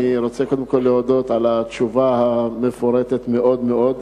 אני רוצה קודם כול להודות על התשובה המפורטת מאוד מאוד,